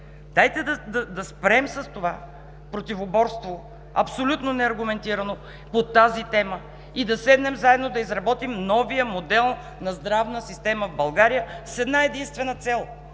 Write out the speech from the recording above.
Дайте да спрем с това противоборство, абсолютно неаргументирано по тази тема и да седнем заедно да изработим новия модел на здравна система в България с една-единствена цел